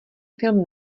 film